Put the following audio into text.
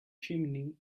chimney